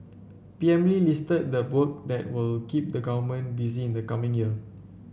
P M Lee listed the work that will keep the government busy in the coming year